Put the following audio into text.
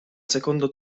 secondo